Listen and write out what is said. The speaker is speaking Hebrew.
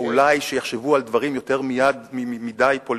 או אולי שיחשבו על דברים יותר מדי פוליטיים,